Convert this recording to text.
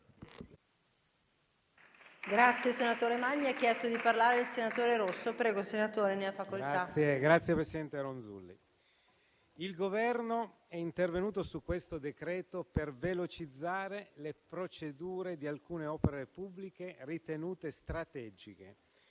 il Governo è intervenuto su questo decreto-legge per velocizzare le procedure di alcune opere pubbliche ritenute strategiche